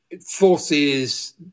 forces